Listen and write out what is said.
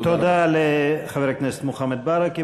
תודה לחבר הכנסת מוחמד ברכה.